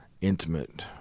intimate